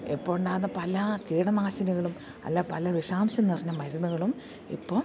ഇപ്പോഴുണ്ടാകുന്ന പല കീടനാശിനികളും അല്ല പല വിഷാംശം നിറഞ്ഞ മരുന്നുകളും ഇപ്പം